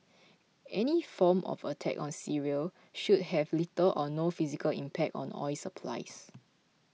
any form of attack on Syria should have little or no physical impact on oil supplies